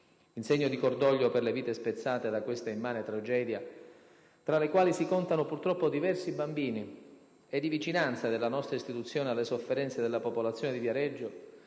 In segno di cordoglio per le vite spezzate da questa immane tragedia, tra le quali si contano purtroppo diversi bambini, e di vicinanza della nostra Istituzione alle sofferenze della popolazione di Viareggio,